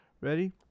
ready